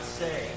say